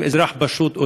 אם אזרח פשוט,